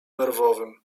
nerwowym